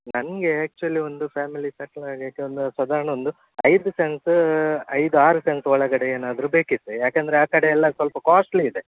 ನನಗೆ ಆ್ಯಕ್ಚುವಲಿ ಒಂದು family settle ಆಗೋಕೆ ಒಂದು ಸಾಧಾರ್ಣ ಒಂದು ಐದು ಸೆನ್ಸ್ ಐದು ಆರು ಸೆನ್ಸ್ ಒಳಗಡೆ ಏನಾದರು ಬೇಕಿತ್ತು ಯಾಕಂದರೆ ಆ ಕಡೆ ಎಲ್ಲ ಸ್ವಲ್ಪ ಕಾಸ್ಟ್ಲಿ ಇದೆ